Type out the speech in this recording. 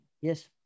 yes